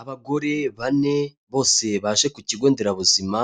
Abagore bane, bose baje ku kigo nderabuzima,